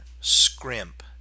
scrimp